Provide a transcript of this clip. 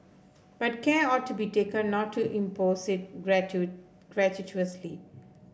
but care ought to be taken not to impose it gratuitously